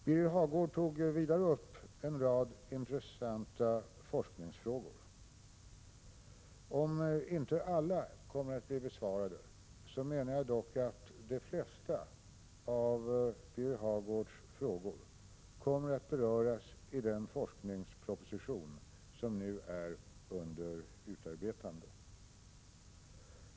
Birger Hagård tog också upp en rad intressanta forskningsfrågor. Om inte alla kommer att bli besvarade, menar jag dock att de flesta av Birger Hagårds frågor kommer att beröras i den forskningsproposition som nu är under utarbetande.